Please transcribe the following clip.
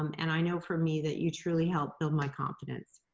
um and i know for me that you truly helped build my confidence.